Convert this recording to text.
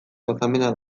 gozamena